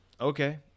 okay